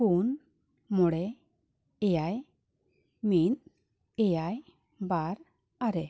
ᱯᱩᱱ ᱢᱚᱬᱮ ᱮᱭᱟᱭ ᱢᱤᱫ ᱮᱭᱟᱭ ᱵᱟᱨ ᱟᱨᱮ